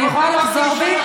יכולה לחזור בי?